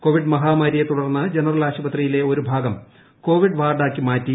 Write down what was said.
Covid മഹാമാരിയെതുടർന്ന് general ആശുപത്രിയുടെ ഒരു ഭാഗം കോവിഡ് വാർഡാക്കി മാറ്റി